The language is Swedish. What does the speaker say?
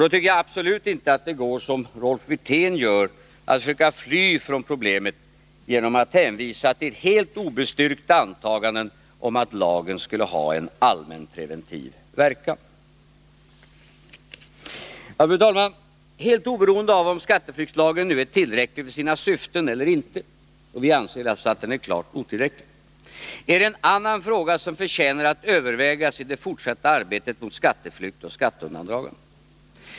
Då tycker jag att man inte alls kan göra som Rolf Wirtén och försöka fly från problemet genom att hänvisa till helt obestyrkta antaganden om att lagen har en allmänpreventiv verkan. Fru talman! Helt oberoende av om skatteflyktslagen är tillräcklig för sina syften eller inte — och vi anser alltså att den är klart otillräcklig — är det en annan fråga som förtjänar att övervägas i det fortsatta arbetet mot skatteflykt och skatteundandragande.